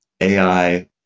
AI